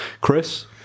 Chris